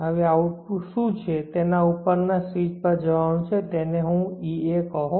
હવે આઉટપુટ શું છે જે ઉપરના સ્વિચ પર જવાનું છે તેને ea કહો